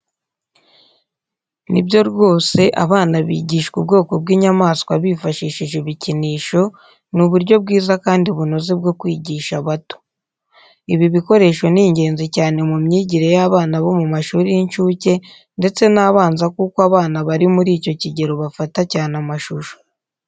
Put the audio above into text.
Ni byo rwose, abana bigishwa ubwoko bw’inyamaswa bifashishije ibikinisho ni uburyo bwiza kandi bunoze bwo kwigisha bato. Ibi bikoresho ni ingenzi cyane mu myigire y’abana bo mu mashuri y’inshuke ndetse n’abanza kuko abana bari muri icyo kigero bafata cyane amashusho.